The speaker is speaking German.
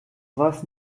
weiß